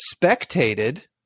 spectated